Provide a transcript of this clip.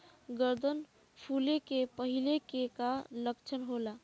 गर्दन फुले के पहिले के का लक्षण होला?